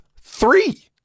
three